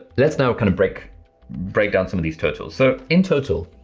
lets now kinda break break down some of these totals. so in total,